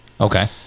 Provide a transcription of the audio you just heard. Okay